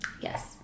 Yes